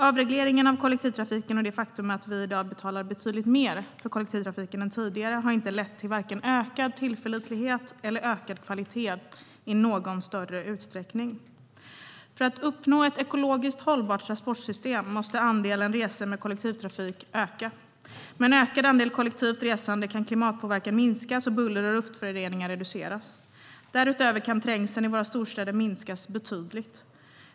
Avregleringen av kollektivtrafiken och det faktum att vi i dag betalar betydligt mer för kollektivtrafiken än tidigare har varken lett till ökad tillförlitlighet eller ökad kvalitet i någon större utsträckning. För att uppnå ett ekologiskt hållbart transportsystem måste andelen resor med kollektivtrafik öka. Med en ökad andel kollektivt resande kan klimatpåverkan minskas och buller och luftföroreningar reduceras. Därutöver kan trängseln i våra storstäder minskas betydligt.